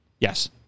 Yes